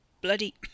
Bloody